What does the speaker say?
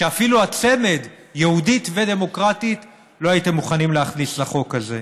שאפילו את הצמד יהודית ודמוקרטית לא הייתם מוכנים להכניס לחוק הזה.